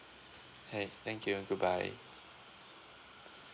okay thank you goodbye